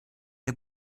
der